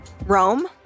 Rome